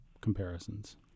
comparisons